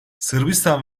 sırbistan